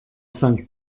sankt